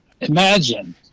Imagine